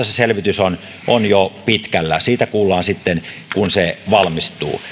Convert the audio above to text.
selvitys on on jo pitkällä siitä kuullaan sitten kun se valmistuu